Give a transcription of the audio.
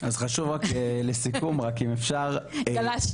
אז חשוב רק שלסיכום רק אם אפשר --- גלשנו.